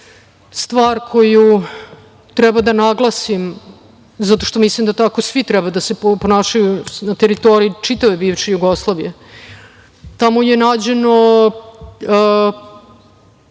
stvar koju treba da naglasim zato što mislim da tako svi treba da se ponašaju na teritoriji čitave bivše Jugoslavije. Tamo su nađeni